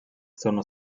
sono